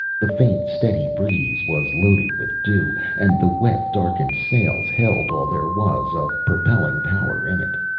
the faint, steady breeze was loaded with dew and the wet, darkened sails held all there was of propelling power in it.